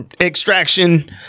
extraction